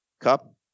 Cup